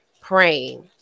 praying